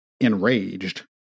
enraged